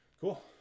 cool